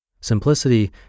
Simplicity